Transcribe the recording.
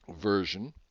version